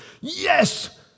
yes